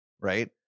Right